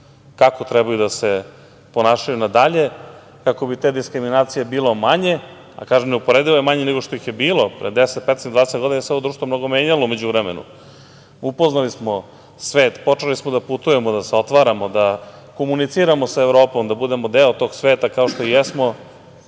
kako trebaju da se ponašaju nadalje kako bi te diskriminacije bilo manje, a kažem neuporedivo je manje nego što ih je bilo pre 10, 15, 20 godina, jer se ovo društvo mnogo menjalo u međuvremenu. Upoznali smo svet, počeli smo da putujemo da se otvaramo, da komuniciramo sa Evropom, da budemo deo tog sveta, kao što i jesmo